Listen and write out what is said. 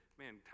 man